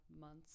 months